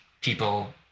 people